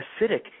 acidic